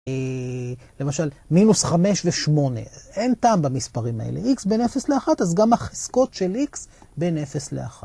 למשל מינוס 5 ו-8 אין טעם במספרים האלה x בין 0 ל-1 אז גם החזקות של x בין 0 ל-1.